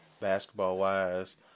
basketball-wise